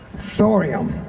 thorium